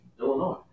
Illinois